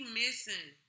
missing